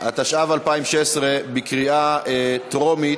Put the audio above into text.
התשע"ו 2016, קריאה טרומית.